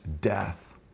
death